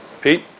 Pete